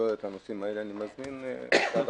אני מזמין אתכם